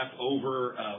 over